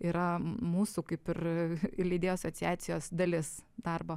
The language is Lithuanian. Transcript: yra mūsų kaip ir leidėjų asociacijos dalis darbo